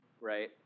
right